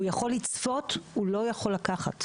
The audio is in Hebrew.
הוא יכול לצפות, הוא לא יכול לקחת.